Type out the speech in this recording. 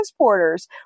transporters